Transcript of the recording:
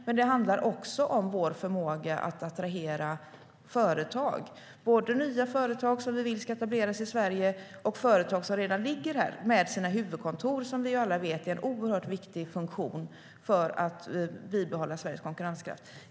Men det handlar också om vår förmåga att attrahera företag, både nya företag som vi vill ska etablera sig i Sverige och företag som redan finns här med sina huvudkontor, som vi alla vet är en oerhört viktig funktion för att bibehålla Sveriges konkurrenskraft.